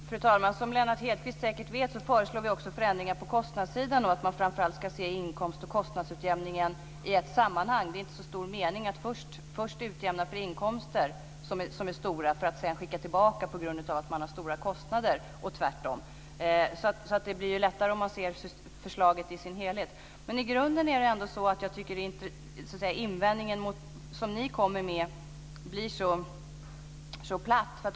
Fru talman! Som Lennart Hedquist säkert vet föreslår vi också förändringar på kostnadssidan, att man framför allt ska se inkomst och kostnadsutjämningen i ett sammanhang. Det är inte så stor mening att först utjämna för inkomster som är stora för att sedan skicka tillbaka pengar på grund av att man har stora kostnader och tvärtom. Det blir lättare om man ser förslaget i dess helhet. Men i grunden tycker jag ändå att invändningen som ni kommer med blir så platt.